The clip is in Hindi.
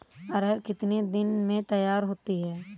अरहर कितनी दिन में तैयार होती है?